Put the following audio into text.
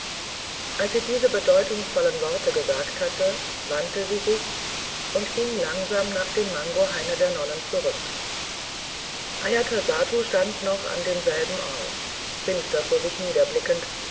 als sie diese bedeutungsvollen worte gesagt hatte wandte sie sich und ging langsam nach dem mangohaine der nonnen zurück ajatasattu stand noch an demselben ort finster vor sich niederblickend